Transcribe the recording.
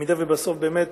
במידה שבסוף באמת